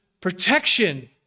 protection